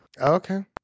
Okay